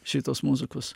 šitos muzikos